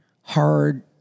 hard